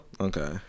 okay